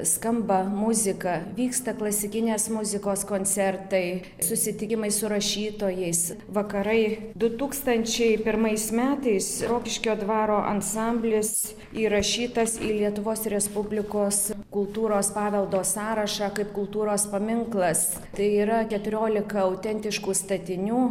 skamba muzika vyksta klasikinės muzikos koncertai susitikimai su rašytojais vakarai du tūkstančiai pirmais metais rokiškio dvaro ansamblis įrašytas į lietuvos respublikos kultūros paveldo sąrašą kaip kultūros paminklas tai yra keturiolika autentiškų statinių